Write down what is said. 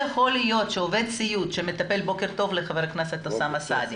בוקר טוב לחבר הכנסת אוסאמה סעדי.